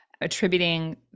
attributing